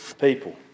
people